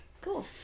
Cool